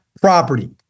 property